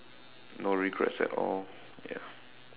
no regrets at all ya